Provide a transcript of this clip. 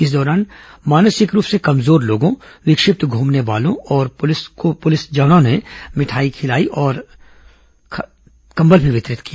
इस दौरान मानसिक रूप से कमजोर लोगों विक्षिप्त घूमने वालों को पुलिस जवानों ने मिठाई खाना और कंबल वितरित किया